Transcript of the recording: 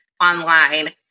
online